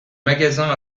magasin